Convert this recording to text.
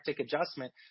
adjustment